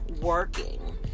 working